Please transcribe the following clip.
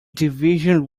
division